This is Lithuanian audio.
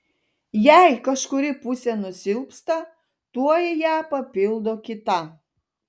jei kažkuri pusė nusilpsta tuoj ją papildo kita